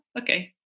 okay